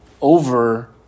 over